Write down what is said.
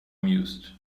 mused